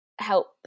help